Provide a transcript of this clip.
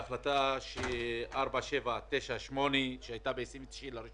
בהחלטה 4798 שנתקבלה ב-29 בינואר